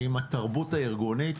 התרבות הארגונית,